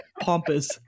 pompous